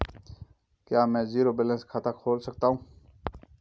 क्या मैं zero balance खाता खोल सकता हूँ?